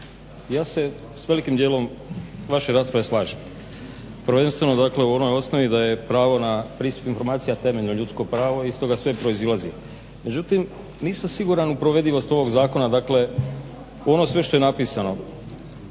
ja se s velikim dijelom vaše rasprave slažem, prvenstveno dakle u onoj osnovi da je pravo na pristup informacijama temeljno ljudsko pravo i stoga sve proizilazi. Međutim, nisam siguran u provedivost ovog zakona, dakle u ono sve što je napisano.